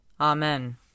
Amen